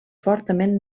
fortament